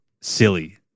silly